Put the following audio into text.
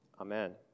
Amen